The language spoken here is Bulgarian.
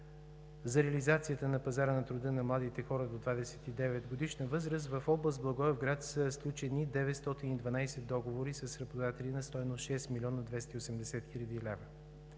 за реализацията на пазара на труда на младите хора до 29-годишна възраст в област Благоевград са сключени 912 договора с работодатели на стойност 6 млн. 280 хил. лв.